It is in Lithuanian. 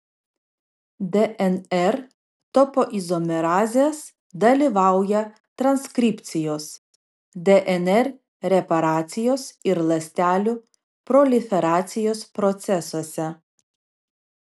dnr topoizomerazės dalyvauja transkripcijos dnr reparacijos ir ląstelių proliferacijos procesuose